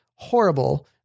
horrible